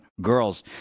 girls